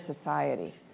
society